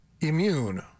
immune